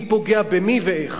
מי פוגע במי ואיך,